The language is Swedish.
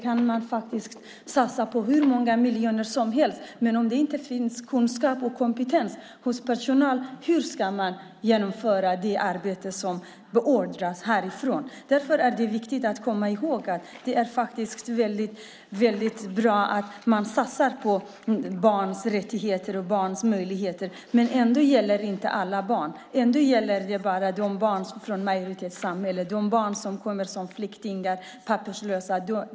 Vi kan satsa hur många miljoner som helst, men hur ska man kunna genomföra det arbete som beordras härifrån om det inte finns kunskap och kompetens hos personalen? Det är viktigt att komma ihåg att det är väldigt bra med satsningar på barns rättigheter och möjligheter. Ändå gäller de inte alla barn. Ändå gäller de bara barnen från majoritetssamhället, inte de barn som kommer som flyktingar och papperslösa.